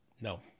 No